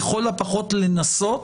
לכל הפחות לנסות